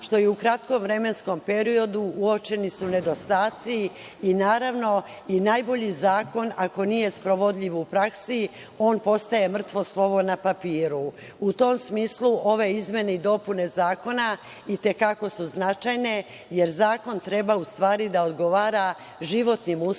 što je u kratkom vremenskom periodu su uočeni nedostaci i naravno i najbolji zakon ako nije sprovodljiv u praksi on postaje mrtvo slovo na papiru.U tom smislu ove izmene i dopune Zakona itekako su značajne jer zakon treba u stvari da odgovara životnim uslovima